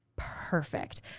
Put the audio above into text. perfect